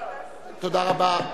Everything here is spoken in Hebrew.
תודה רבה.